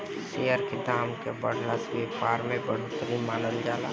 share के दाम के बढ़ला से व्यापार में बढ़ोतरी मानल जाला